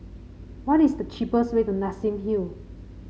what is the cheapest way to Nassim Hill